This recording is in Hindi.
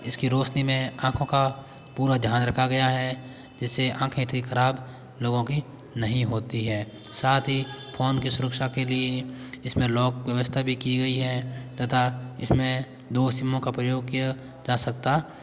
इसकी रोशनी में आंखों का पूरा ध्यान रखा गया है जिससे आंखें इतनी खराब लोगों की नहीं होती है साथ ही फोन की सुरक्षा के लिए इसमें लॉक व्यवस्था भी की गई है तथा इसमें दो सीमों का प्रयोग किया जा सकता